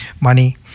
money